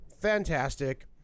Fantastic